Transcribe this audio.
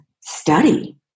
study